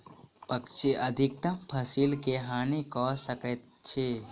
पक्षी अधिकतम फसिल के हानि कय सकै छै